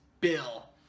bill